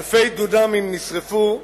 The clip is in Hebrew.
אלפי דונמים נשרפו,